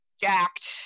jacked